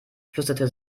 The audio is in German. flüsterte